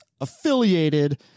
affiliated